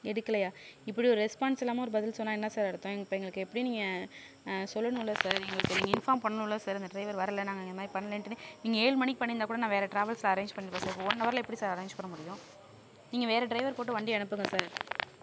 எடுக்கலையா இப்படி ஒரு ரெஸ்பான்ஸ் இல்லாமல் ஒரு பதில் சொன்னால் என்ன சார் அர்த்தம் இப்போ எங்களுக்கு எப்படியும் நீங்கள் சொல்லணும்லை சார் எங்களுக்கு நீங்கள் இன்ஃபார்ம் பண்ணணும்லை சார் இந்த ட்ரைவர் வரலை நாங்கள் இந்த மாதிரி பண்ணலன்ட்டுனு நீங்கள் ஏழு மணிக்கு பண்ணியிருந்தா கூட நாங்கள் வேறு டிராவல்ஸு அரேஞ்ச் பண்ணியிருப்பேன் சார் இப்போ ஒன் ஹவரில் எப்படி சார் அரேஞ்ச் பண்ண முடியும் நீங்கள் வேறு ட்ரைவர் போட்டு வண்டி அனுப்புங்க சார்